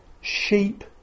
sheep